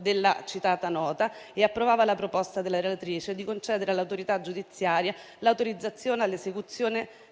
della citata nota e approvava la proposta della relatrice di concedere all'autorità giudiziaria l'autorizzazione all'esecuzione